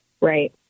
Right